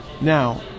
Now